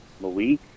Malik